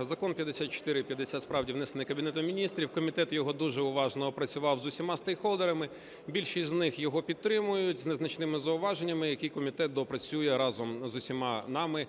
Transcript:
Закон 5450, справді, внесений Кабінетом Міністрів. Комітет його дуже уважно опрацював з усіма стейкхолдерами. Більшість з них його підтримують з незначними зауваженнями, які комітет доопрацює разом з усіма нами